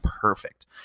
perfect